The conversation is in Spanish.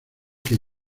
que